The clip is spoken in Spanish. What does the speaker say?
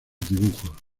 dibujos